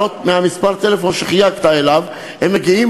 ממספר הטלפון שחייגת אליו הם מגיעים